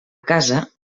casa